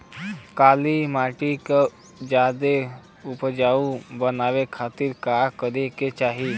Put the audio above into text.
काली माटी के ज्यादा उपजाऊ बनावे खातिर का करे के चाही?